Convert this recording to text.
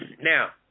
Now